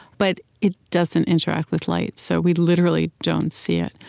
but it doesn't interact with light, so we literally don't see it.